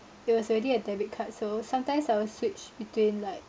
it was already a debit card so sometimes I will switch between like